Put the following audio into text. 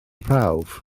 prawf